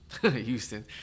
Houston